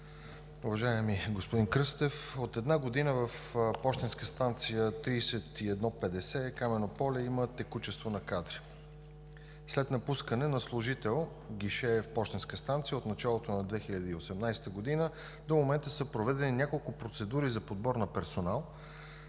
Уважаеми господин Кръстев, от една година в пощенска станция 3150 Камено поле има текучество на кадри. След напускане на служител – гише в пощенската станция, от началото на 2018 г. до момента са проведени няколко процедури за подбор на персонал.